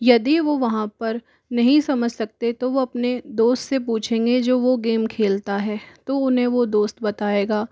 यदि वो वहाँ पर नहीं समझ सकते तो वो अपने दोस्त से पूछेंगे जो वो गेम खेलता है तो उन्हें वो दोस्त बताएगा